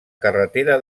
carretera